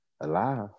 alive